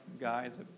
guys